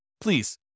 Please